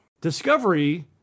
Discovery